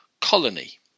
colony